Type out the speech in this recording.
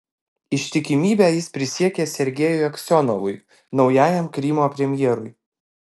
ištikimybę jis prisiekė sergejui aksionovui naujajam krymo premjerui